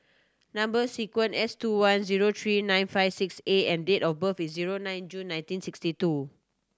number sequence S two one zero three nine five six A and date of birth is zero nine June nineteen sixty two